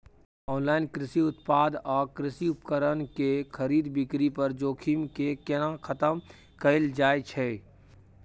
Online कृषि उत्पाद आ कृषि उपकरण के खरीद बिक्री पर जोखिम के केना खतम कैल जाए छै?